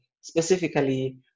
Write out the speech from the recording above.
specifically